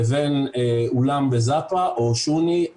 לבין אולם ב"זאפה" או "שוני",